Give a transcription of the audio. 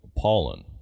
pollen